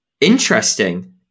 Interesting